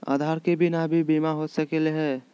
आधार के बिना भी बीमा हो सकले है?